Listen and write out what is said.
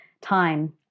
time